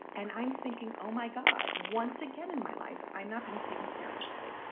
and i'm thinking, oh, my god. once again, in my life, i'm not being taken seriously.